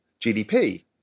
GDP